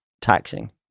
taxing